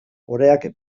oreak